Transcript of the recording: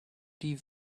die